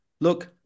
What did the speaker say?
Look